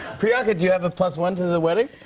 priyanka, do you have a plus-one to the wedding?